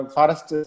Forest